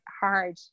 hard